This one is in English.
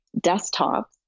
desktop